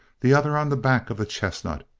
the other on the back of the chestnut,